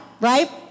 right